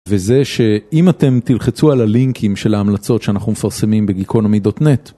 וזה שאם אתם תלחצו על הלינקים של ההמלצות שאנחנו מפרסמים בגיקונומידאוטנט.